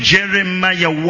Jeremiah